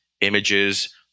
images